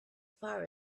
far